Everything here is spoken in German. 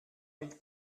mit